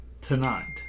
tonight